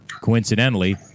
coincidentally